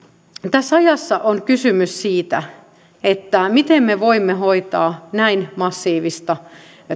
tässä ajassa on kysymys siitä miten me voimme hoitaa näin massiivista